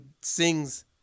sings